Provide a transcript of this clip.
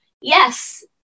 yes